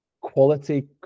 quality